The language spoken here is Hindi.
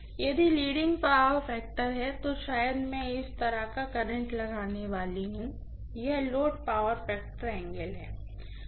यदि लीडिंग पावर फैक्टर है तो शायद मैं इस तरह का करंट लगाने वाली हूँ यह लोड पावर फैक्टर एंगल है